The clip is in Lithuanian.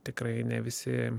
tikrai ne visi